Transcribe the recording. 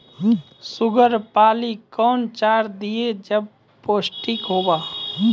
Sugar पाली कौन चार दिय जब पोस्टिक हुआ?